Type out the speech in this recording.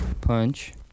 Punch